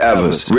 Evers